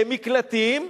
מקלטים,